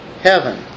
heaven